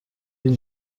این